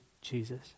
Jesus